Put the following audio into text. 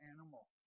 animal